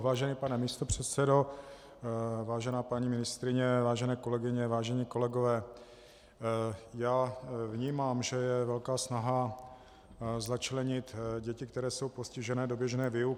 Vážený pane místopředsedo, vážená paní ministryně, vážené kolegyně, vážení kolegové, vnímám, že je velká snaha začlenit děti, které jsou postižené, do běžné výuky.